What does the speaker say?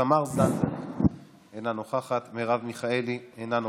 תמר זנדברג, אינה נוכחת, מרב מיכאלי, אינה נוכחת.